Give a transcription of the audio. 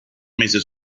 mese